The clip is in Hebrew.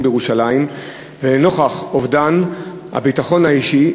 בירושלים ונוכח אובדן הביטחון האישי,